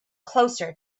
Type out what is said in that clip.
closer